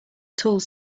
tools